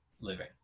living